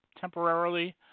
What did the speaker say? temporarily